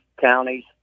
counties